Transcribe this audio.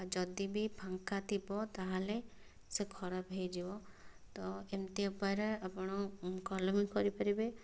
ଆ ଯଦି ବି ଫାଙ୍କା ଥିବ ତାହେଲେ ସେ ଖରାପ ହୋଇଯିବ ତ ଏମିତି ଉପାୟରେ ଆପଣ କଲମୀ କରିପାରିବେ